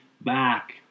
back